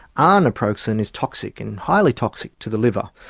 ah naproxen is toxic and highly toxic to the liver.